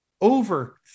over